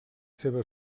seva